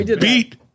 beat